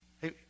Hey